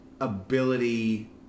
ability